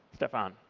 stefan